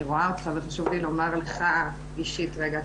ואני אסייג ואומר גם שבמקרה שלי הפרקליטים ואני בקשר מאוד טוב,